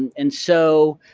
and so,